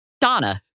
Donna